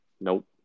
Nope